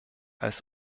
als